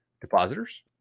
depositors